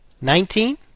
Nineteen